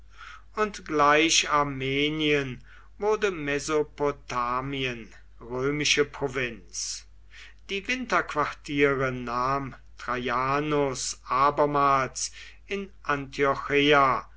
und gleich armenien wurde mesopotamien römische provinz die winterquartiere nahm traianus abermals in antiocheia